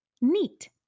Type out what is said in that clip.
NEAT